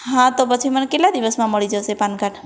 હા તો પછી મને કેટલા દિવસમાં મળી જશે પાનકાર્ડ